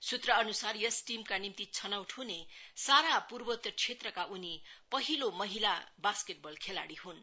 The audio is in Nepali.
सूत्रअनुसार यस टीमका निम्ति छनौट ह्ने सारा पूर्वोतर क्षेत्रका उनी पहिलो महिला बासकेटबल खेलाड़ी हुन्